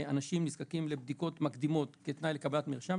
שאנשים נזקקים לבדיקות מקדימות כתנאי לקבלת מרשם,